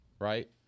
right